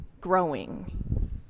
growing